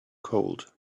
cold